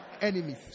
enemies